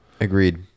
agreed